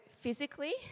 physically